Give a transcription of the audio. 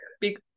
big